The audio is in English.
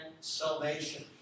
salvation